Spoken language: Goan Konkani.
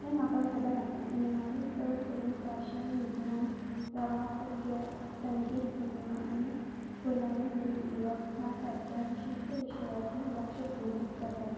हें म्हाका खबर आसा निमाणी चड करून फॅशन विज्ञान प्रवासक रंगीत प्रतिमा आनी खोलायेन लेख दिवक ह्या सारक्या विशिश्ट विशयाचे लक्ष केंद्रीत करतात